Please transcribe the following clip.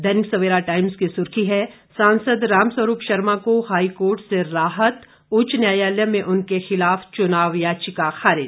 दैनिक सवेरा टाइम्स की सुर्खी है सांसद राम स्वरूप शर्मा को हाईकोर्ट से राहत उच्च न्यायालय में उनके खिलाफ चुनाव याचिका खरिज